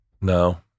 No